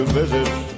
visits